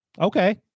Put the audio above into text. Okay